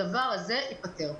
הדבר הזה ייפתר.